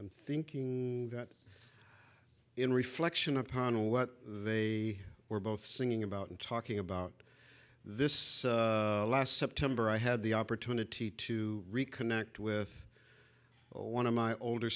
and thinking that in reflection upon what they were both singing about and talking about this last september i had the opportunity to reconnect with one of my older